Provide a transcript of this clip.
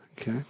Okay